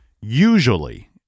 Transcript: usually